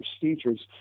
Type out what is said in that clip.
procedures